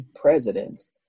presidents